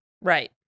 Right